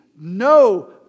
no